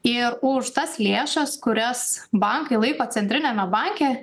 ir už tas lėšas kurias bankai laiko centriniame banke